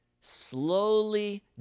slowly